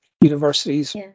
universities